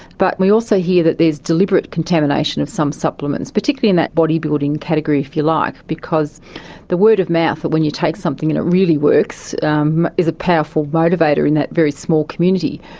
but we also hear that there is deliberate contamination of some supplements, particularly in that bodybuilding category, if you like, because the word of mouth that when you take something and it really works um is a powerful motivator in that very small community.